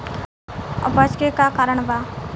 अपच के का कारण बा?